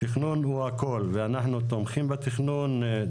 תכנון הוא הכל ואנחנו תומכים בתכנון,